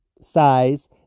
size